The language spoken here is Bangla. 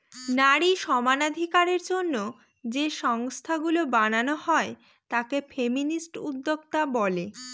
নারী সমানাধিকারের জন্য যে সংস্থাগুলা বানানো করা হয় তাকে ফেমিনিস্ট উদ্যোক্তা বলে